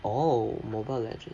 oh mobile legends